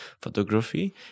photography